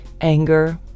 anger